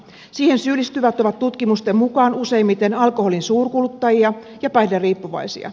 siihen syyllistyvät ovat tutkimusten mukaan useimmiten alkoholin suurkuluttajia ja päihderiippuvaisia